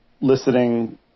listening